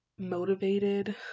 motivated